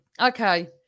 Okay